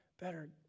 better